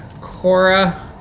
Cora